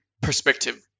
perspective